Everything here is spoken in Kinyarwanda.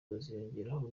baziyongeraho